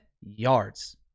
yards